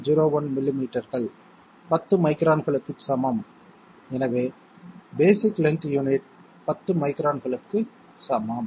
01 மில்லிமீட்டர்கள் 10 மைக்ரான்களுக்கு சமம் எனவே பேஸிக் லென்த் யூனிட் 10 மைக்ரான்களுக்கு சமம்